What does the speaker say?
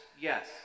Yes